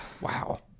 Wow